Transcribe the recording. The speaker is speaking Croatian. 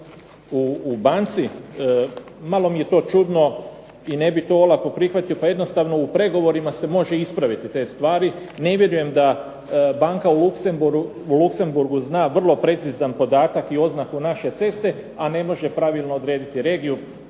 Malo mi je to čudno i ne bih to olako prihvatio, pa jednostavno u pregovorima se može ispraviti te stvari. Ne vjerujem da banka u Luxemburgu zna vrlo precizan podatak i oznaku naše ceste, a ne može pravilno odrediti regiju,